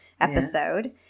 episode